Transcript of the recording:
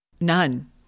None